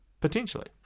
potentially